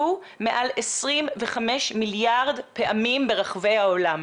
נצפו מעל 25 מיליארד פעמים ברחבי העולם.